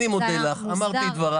אני מודה לך, אמרתי את דבריי.